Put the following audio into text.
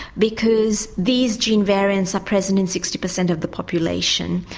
because these gene variants are present in sixty percent of the population.